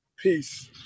Peace